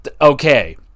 okay